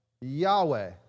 Yahweh